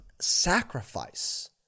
sacrifice